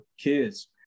kids